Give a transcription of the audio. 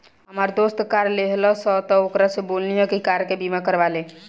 हामार दोस्त कार लेहलस त ओकरा से बोलनी की कार के बीमा करवा ले